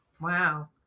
Wow